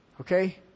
Okay